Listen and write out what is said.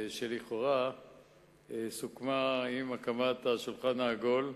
שלכאורה סוכמה עם הקמת השולחן העגול.